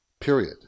period